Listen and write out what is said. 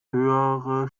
höhere